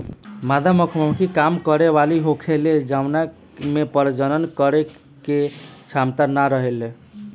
मादा मधुमक्खी काम करे वाली होखेले जवना में प्रजनन करे के क्षमता ना रहेला